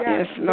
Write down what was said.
Yes